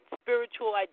Spiritual